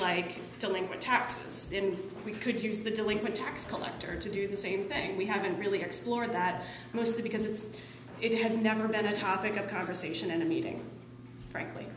like telling a tax and we could use the delinquent tax collector to do the same thing we haven't really explored that mostly because it has never been a topic of conversation in a meeting frankly